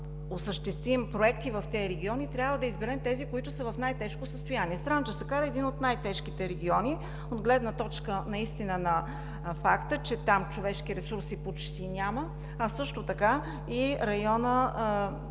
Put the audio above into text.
осъществим проекти в тези региони, трябва да изберем онези, които са в най-тежко състояние. Странджа-Сакар е един от най-тежките региони от гледна точка на факта, че там човешки ресурси почти няма, а и районът